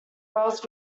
wales